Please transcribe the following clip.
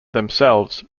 themselves